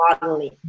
modeling